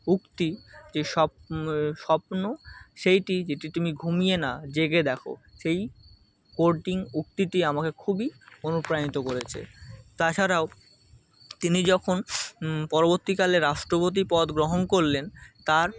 উক্তি যে স্বপ স্বপ্ন সেইটি যেটি তুমি ঘুমিয়ে না জেগে দেখো সেই কোটিং উক্তিটি আমাকে খুবই অনুপ্রাণিত করেছে তাছাড়াও তিনি যখন পরবর্তীকালে রাষ্টপতি পদ গ্রহণ করলেন তার